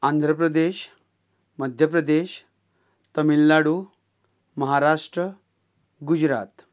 Andhra Pradesh Madhya Pradesh Tamil Nadu Maharashtra Gujarat